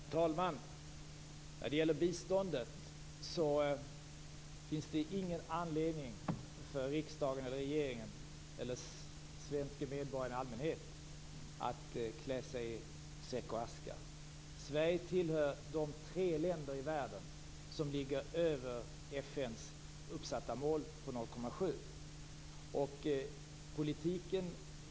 Herr talman! När det gäller biståndet finns det ingen anledning för riksdagen, regeringen eller den svenske medborgaren i allmänhet att klä sig i säck och aska. Sverige tillhör de tre länder i världen som ligger över FN:s uppsatta mål på 0,7 % av BNP.